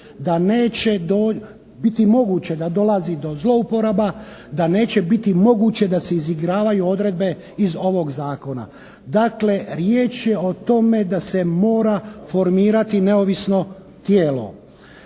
da neće biti moguće da dolazi do zlouporaba, da neće biti moguće da se izigravaju odredbe iz ovog zakona. Dakle riječ je o tome da se mora formirati neovisno tijelo.